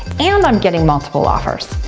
and i'm getting multiple offers.